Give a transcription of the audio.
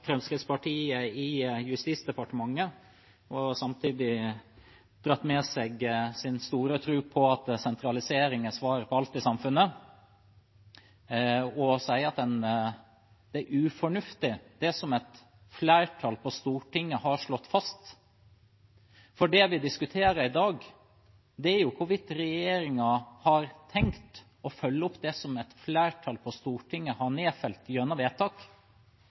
Fremskrittspartiet i Justis- og beredskapsdepartementet og samtidig dratt med seg sin store tro på at sentralisering er svaret på alt i samfunnet, og sier at det er ufornuftig det som et flertall på Stortinget har slått fast. For det vi diskuterer i dag, er hvorvidt regjeringen har tenkt å følge opp det som et flertall på Stortinget har nedfelt gjennom vedtak,